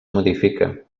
modifica